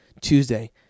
Tuesday